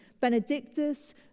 Benedictus